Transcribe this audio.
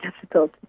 difficult